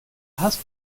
hast